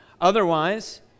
Otherwise